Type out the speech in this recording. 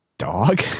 Dog